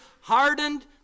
hardened